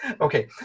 Okay